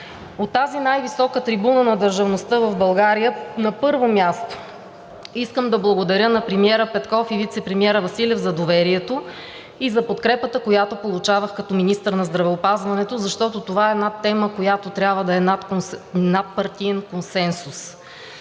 От тази най-висока трибуна на държавността в България, на първо място, искам да благодаря на премиера Петков и вицепремиера Василев за доверието и за подкрепата, която получавах като министър на здравеопазването, защото това е една тема, която трябва да е с надпартиен консенсус.